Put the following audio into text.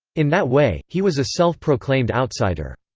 in that way, he was a self-proclaimed outsider.